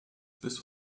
bis